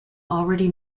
already